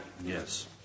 Yes